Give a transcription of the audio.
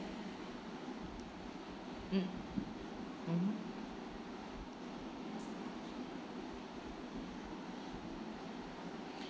mm mmhmm